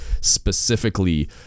specifically